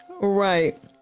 right